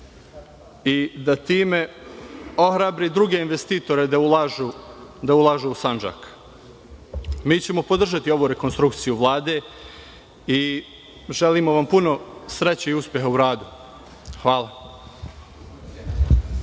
i da time ohrabri druge investitore da ulažu u Sandžak. Mi ćemo podržati ovu rekonstrukciju Vlade i želimo vam puno sreće i uspeha u radu. Hvala.